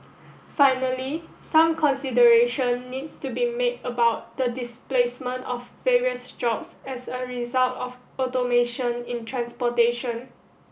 finally some consideration needs to be made about the displacement of various jobs as a result of automation in transportation